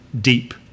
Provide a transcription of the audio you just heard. deep